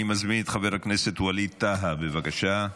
אני מזמין את חבר הכנסת ווליד טאהא, בבקשה.